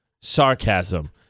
Sarcasm